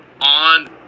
on